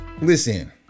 Listen